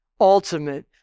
ultimate